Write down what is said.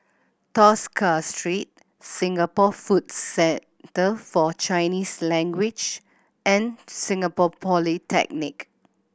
Tosca Street Singapore Food Center For Chinese Language and Singapore Polytechnic